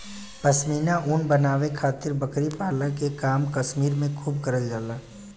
पश्मीना ऊन बनावे खातिर बकरी पाले के काम कश्मीर में खूब करल जाला